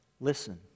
Listen